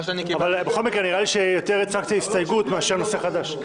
בכל מקרה נראה לי שיותר הצגת הסתייגות מאשר נושא חדש.